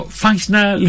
functional